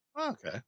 Okay